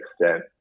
extent